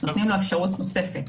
נותנים לו אפשרות נוספת.